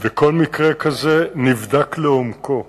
וכל מקרה כזה נבדק לעומקו,